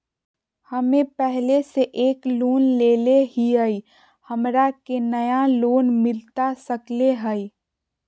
हमे पहले से एक लोन लेले हियई, हमरा के नया लोन मिलता सकले हई?